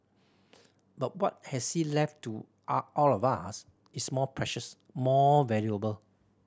but what has he left to all of us is more precious more valuable